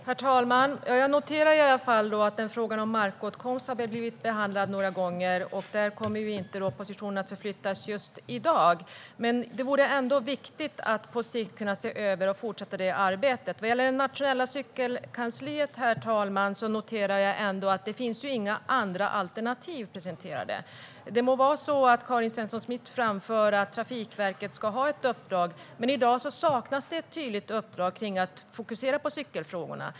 Herr talman! Frågan om markåtkomst har i alla fall behandlats några gånger. Där kommer positionen inte att förflyttas just i dag. Men det vore ändå viktigt att se över och fortsätta det arbetet på sikt. Vad gäller det nationella cykelkansliet finns det inga andra alternativ presenterade. Karin Svensson Smith må framföra att Trafikverket ska ha ett uppdrag. Men i dag saknas det ett tydligt uppdrag när det gäller att fokusera på cykelfrågorna.